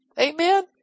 Amen